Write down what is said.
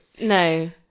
No